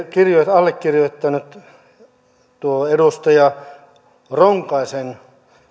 allekirjoittanut edustaja ronkaisen